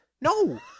No